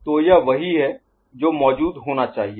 तो यह वही है जो मौजूद होना चाहिए